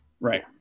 right